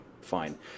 Fine